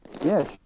Yes